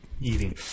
Eating